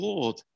Lord